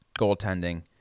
goaltending